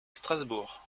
strasbourg